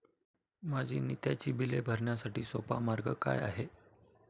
माझी नित्याची बिले भरण्यासाठी सोपा मार्ग काय आहे?